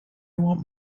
want